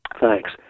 Thanks